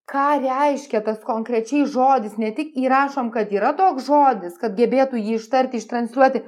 ką reiškia tas konkrečiai žodis ne tik įrašom kad yra toks žodis kad gebėtų jį ištarti ištransliuoti